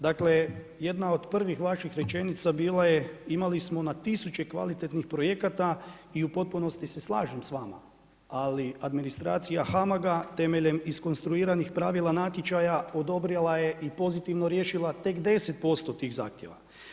Dakle jedna od prvih vaših rečenica bila je, imali smo na tisuće kvalitetnih projekata i u potpunosti se slažem s vama, ali administracija HAMAG-a temeljem iskonstruiranih pravila natječaja odobrila je i pozitivno riješila tek 10% tih zahtjeva.